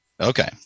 Okay